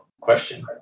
question